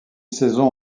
saison